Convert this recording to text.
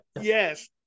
Yes